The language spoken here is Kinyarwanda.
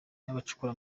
abacukura